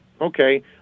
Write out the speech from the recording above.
Okay